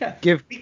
give